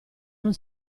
non